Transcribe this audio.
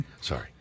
sorry